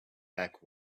back